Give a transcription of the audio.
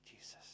Jesus